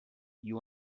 you